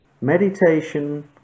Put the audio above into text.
Meditation